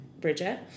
Bridget